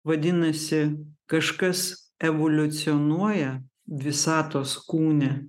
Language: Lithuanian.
vadinasi kažkas evoliucionuoja visatos kūne